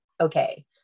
okay